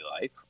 life